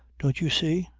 don't you see.